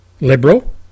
liberal